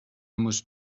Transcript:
moest